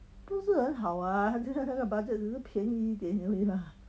不是很好啊好像 budget 只是便宜一点而已吗